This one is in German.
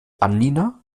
annina